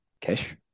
cash